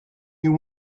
you